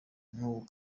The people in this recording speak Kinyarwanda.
n’ubu